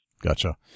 Gotcha